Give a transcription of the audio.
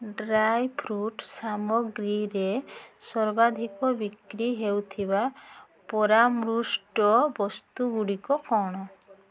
dry fruit ସାମଗ୍ରୀରେ ସର୍ବାଧିକ ବିକ୍ରି ହେଉଥିବା ପରାମୃଷ୍ଟ ବସ୍ତୁ ଗୁଡ଼ିକ କ'ଣ